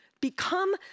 become